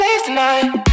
tonight